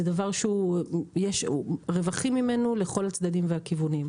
זה דבר שיש רווחים ממנו לכל הצדדים והכיוונים.